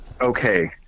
okay